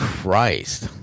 Christ